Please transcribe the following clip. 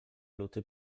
luty